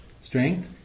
strength